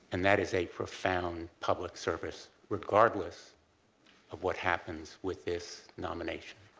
and that is a profound public service regardless of what happens with this nomination.